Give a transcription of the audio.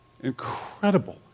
incredible